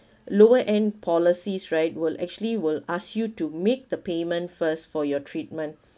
lower end policies right will actually will ask you to make the payment first for your treatment